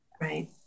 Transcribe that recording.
right